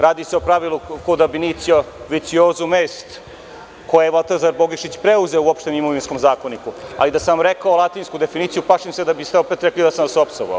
Radi se o pravilu „kod abinicio vec jozum est“, koje je Valtazar Bogišić preuzeo u Opštem imovinskom zakoniku, ali da sam vam rekao latinsku definiciju, plašim se da bi ste opet rekli da sam vas opsovao.